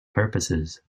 purposes